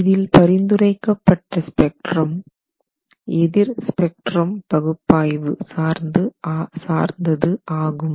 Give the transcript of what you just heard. இதில் பரிந்துரைக்கப்பட்ட ஸ்பெக்ட்ரம் எதிர் ஸ்பெக்ட்ரம் பகுப்பாய்வு சார்ந்தது ஆகும்